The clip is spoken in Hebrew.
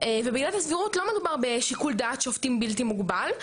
ובעילת הסבירות לא מוגבל בשיקול דעת שופטים בלתי מוגבל,